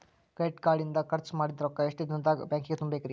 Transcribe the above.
Credit card ಇಂದ್ ಖರ್ಚ್ ಮಾಡಿದ್ ರೊಕ್ಕಾ ಎಷ್ಟ ದಿನದಾಗ್ ಬ್ಯಾಂಕಿಗೆ ತುಂಬೇಕ್ರಿ?